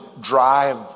drive